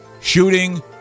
shooting